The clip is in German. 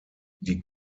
die